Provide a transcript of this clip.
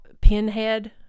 Pinhead